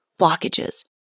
blockages